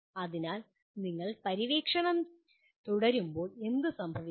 അതിനാൽ നിങ്ങൾ പര്യവേക്ഷണം തുടരുമ്പോൾ എന്തു സംഭവിക്കും